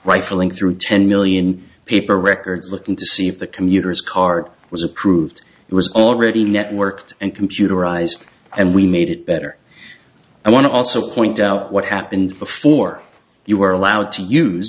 rifling through ten million paper records looking to see if the commuters cart was approved it was already networked and computerized and we made it better i want to also point out what happened before you were allowed to use